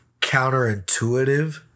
counterintuitive